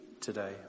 today